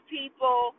people